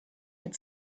had